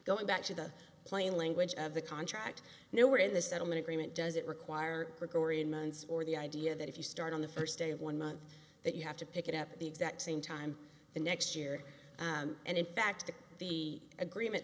going back to the plain language of the contract nowhere in the settlement agreement does it require the gorean months or the idea that if you start on the first day of one month that you have to pick it up at the exact same time the next year and in fact the agreement